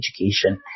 education